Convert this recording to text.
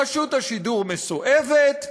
רשות השידור מסואבת,